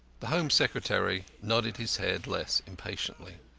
the home secretary nodded his head less impatiently.